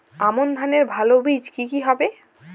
আমান ধানের ভালো বীজ কি কি হবে?